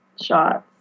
shots